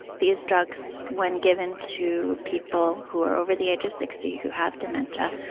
these drugs, when given to people who are over the age of sixty who have dementia,